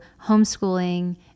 homeschooling